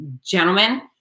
Gentlemen